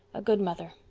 a good mother.